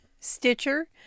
Stitcher